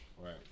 Right